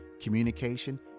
communication